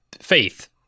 faith